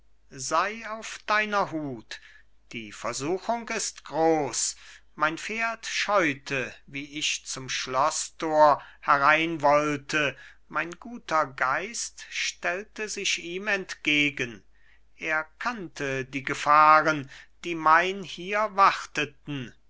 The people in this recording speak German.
sei auf deiner hut die versuchung ist groß mein pferd scheute wie ich zum schloßtor herein wollte mein guter geist stellte sich ihm entgegen er kannte die gefahren die mein hier warteten